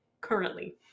currently